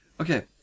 Okay